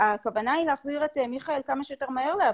הכוונה היא להחזיר את מיכאל כמה שיותר מהר לעבודה,